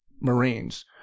marines